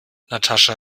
natascha